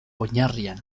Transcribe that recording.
oinarrian